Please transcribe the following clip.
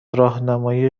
راهنمایی